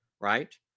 Right